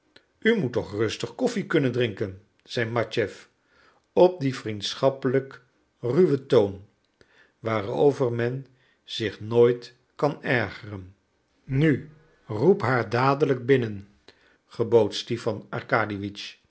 u moet toch rustig koffie kunnen drinken zei matjeff op dien vriendschappelijk ruwen toon waarover men zich nooit kan ergeren nu roep haar dadelijk binnen gebood stipan